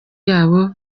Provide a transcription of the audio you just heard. yabo